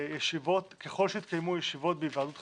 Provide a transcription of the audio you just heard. ככל שיתקיימו ישיבות בהיוועדות חזותית,